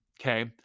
okay